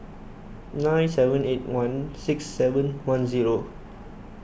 nine seven eight one six seven one zero